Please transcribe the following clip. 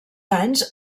anys